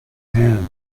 hand